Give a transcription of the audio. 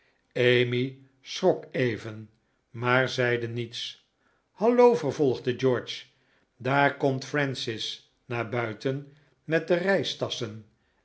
emmy schrok even maar zeide niets hallo vervolgde george daar komt francis naar buiten met de reistasschen